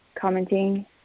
commenting